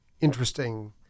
interesting